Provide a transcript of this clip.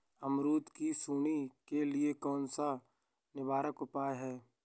अमरूद की सुंडी के लिए कौन सा निवारक उपाय है?